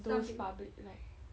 those public right